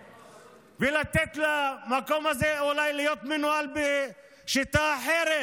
ולתת למקום הזה אולי להיות מנוהל בשיטה אחרת.